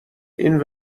این